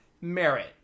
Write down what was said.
merit